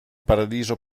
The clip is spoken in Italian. paradiso